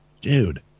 Dude